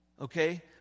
Okay